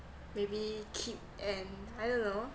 maybe keep and I don't know